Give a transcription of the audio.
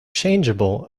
changeable